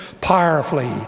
powerfully